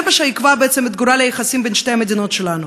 זה מה שיקבע בעצם את גורל היחסים בין שתי המדינות שלנו.